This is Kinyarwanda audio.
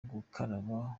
gukaraba